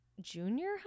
junior